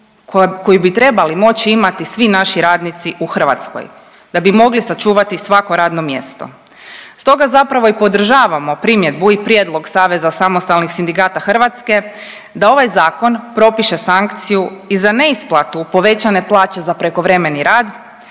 koju bi trebali moći imati svi naši radnici u Hrvatskoj da bi mogli sačuvati svako radno mjesto. Stoga zapravo i podržavamo primjedbu i prijedlog Saveza samostalnih sindikata Hrvatske, da ovaj Zakon propiše sankciju i za neisplatu povećane plaće za prekovremeni rad,